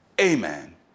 amen